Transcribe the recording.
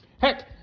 Heck